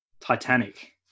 Titanic